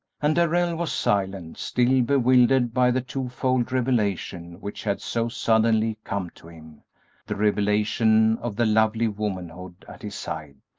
and darrell was silent, still bewildered by the twofold revelation which had so suddenly come to him the revelation of the lovely womanhood at his side,